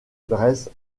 dresse